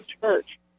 church